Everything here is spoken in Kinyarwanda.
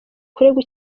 kuregwa